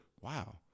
Wow